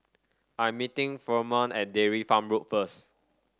I am meeting Furman at Dairy Farm Road first